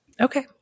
okay